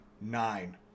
nine